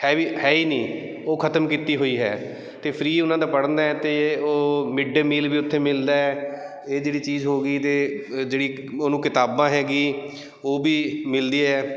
ਹੈ ਵੀ ਹੈ ਹੀ ਨਹੀਂ ਉਹ ਖਤਮ ਕੀਤੀ ਹੋਈ ਹੈ ਅਤੇ ਫਰੀ ਉਹਨਾਂ ਦਾ ਪੜ੍ਹਨਾ ਅਤੇ ਉਹ ਮਿਡ ਡੇ ਮੀਲ ਵੀ ਉੱਥੇ ਮਿਲਦਾ ਇਹ ਜਿਹੜੀ ਚੀਜ਼ ਹੋ ਗਈ ਅਤੇ ਜਿਹੜੀ ਉਹਨੂੰ ਕਿਤਾਬਾਂ ਹੈਗੀ ਉਹ ਵੀ ਮਿਲਦੀ ਹੈ